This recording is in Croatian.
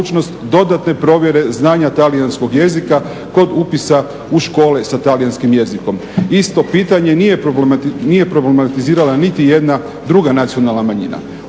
dodatne provjere znanja talijanskog jezika kod upisa u škole sa talijanskim jezikom. Isto pitanje nije problematizirala niti jedna druga nacionalna manjina.